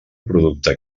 producte